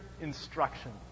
instruction